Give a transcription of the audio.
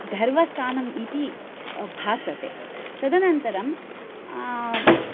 घर्वस्थानम् इति भासते तदनन्तरं